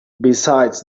besides